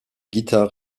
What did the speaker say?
guitares